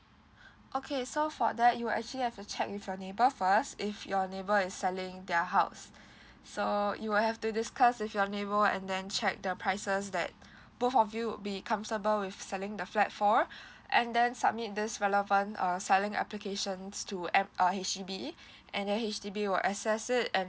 okay so for that you will actually have to check with your neighbour first if your neighbour is selling their house so you will have to discuss with your neighbour and then check their prices that both of you would be comfortable with selling the flat for and then submit this relevant uh selling applications to M uh H_D_B and then H_D_B will access it and